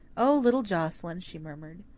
o, little joscelyn, she murmured,